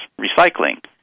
recycling